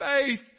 faith